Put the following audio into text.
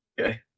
Okay